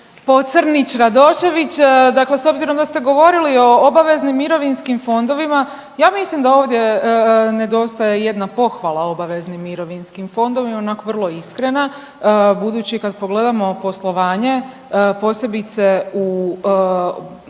Pocrnić Radošević, dakle s obzirom da ste govorili o obaveznim mirovinskim fondovima, ja mislim da ovdje nedostaje jedna pohvala obaveznim mirovinskim fondovima onako vrlo iskrena, budući kad pogledamo poslovanje posebice u,